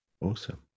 awesome